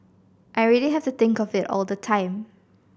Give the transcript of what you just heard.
I really have to think of it all the time